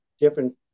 different